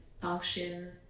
function